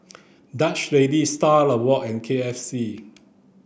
Dutch Lady Star Awards and K F C